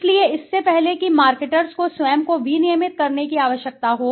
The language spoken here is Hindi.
इसलिए इससे पहले कि मार्केटर्स को स्वयं को विनियमित करने की आवश्यकता हो